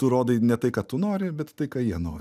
tu rodai ne tai ką tu nori bet tai ką jie nori